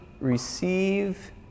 receive